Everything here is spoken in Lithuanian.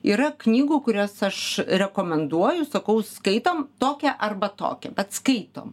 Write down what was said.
yra knygų kurias aš rekomenduoju sakau skaitom tokią arba tokią atskaitom